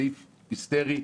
סעיף היסטרי,